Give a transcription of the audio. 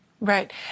Right